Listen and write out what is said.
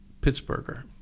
Pittsburgher